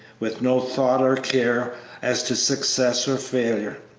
with no thought or care as to success or failure.